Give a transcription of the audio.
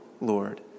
Lord